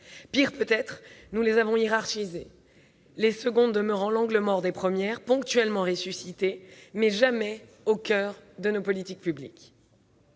Pire peut-être, nous les avons hiérarchisées, les secondes demeurant l'angle mort des premières, ponctuellement ressuscitées mais jamais au coeur de nos politiques publiques.